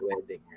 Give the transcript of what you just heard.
wedding